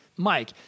Mike